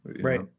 Right